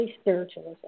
spiritualism